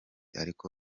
ariko